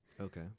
Okay